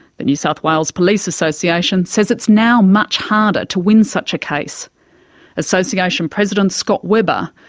the new south wales police association says it's now much harder to win such a case association president, scott webber,